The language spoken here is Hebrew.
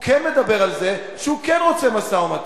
הוא כן מדבר על זה שהוא כן רוצה משא-ומתן.